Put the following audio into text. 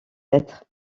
être